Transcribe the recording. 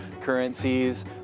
currencies